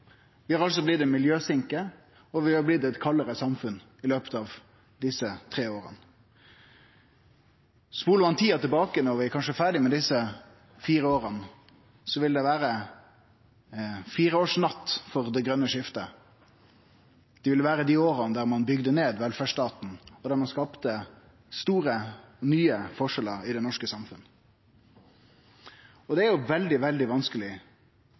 Vi har altså blitt ei miljøsinke, og vi er blitt eit kaldare samfunn i løpet av desse tre åra. Spolar ein tida tilbake når vi kanskje er ferdige med desse fire åra, vil det vere fireårsnatt for det grøne skiftet. Det vil vere dei åra da ein bygde ned velferdsstaten, og da ein skapte store, nye forskjellar i det norske samfunnet. Og det er jo veldig, veldig vanskeleg